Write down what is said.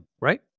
right